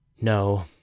No